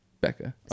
Becca